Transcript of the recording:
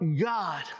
God